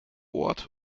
ort